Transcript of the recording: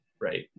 right